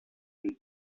and